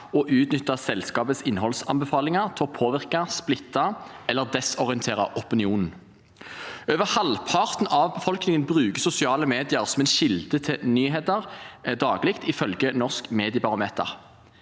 og utnytte selskapets innholdsanbefalinger til å påvirke, splitte eller desorientere opinionen. Over halvparten av befolkningen bruker sosiale medier daglig som en kilde til nyheter, ifølge Norsk mediebarometer.